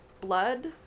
blood